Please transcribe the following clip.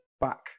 back